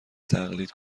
تقلید